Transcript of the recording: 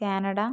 Canada